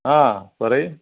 ആ പറയൂ